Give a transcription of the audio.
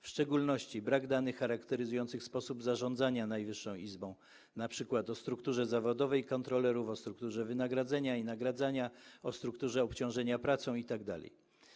W szczególności brak danych charakteryzujących sposób zarządzania Najwyższą Izbą Kontroli, np. o strukturze zawodowej kontrolerów, o strukturze wynagradzania i nagradzania, o strukturze obciążenia pracą itd.